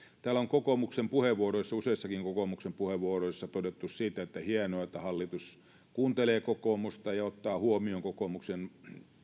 täällä on kokoomuksen puheenvuoroissa useissakin kokoomuksen puheenvuoroissa todettu se että hienoa että hallitus kuuntelee kokoomusta ja ottaa huomioon kokoomuksen